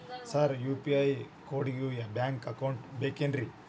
Sir UPI ಕೋಡಿಗೂ bank account ಬೇಕೆನ್ರಿ?